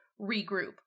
regroup